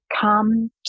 come